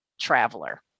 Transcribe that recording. traveler